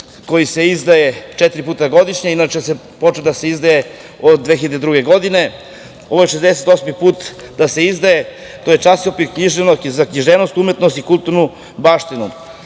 koji se izdaje četiri puta godišnje, a inače je počeo da se izdaje od 2002. godine i ovo je 68. put da se izdaje, i to je časopis za književnost, umetnost i kulturnu baštinu. Velika